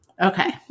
Okay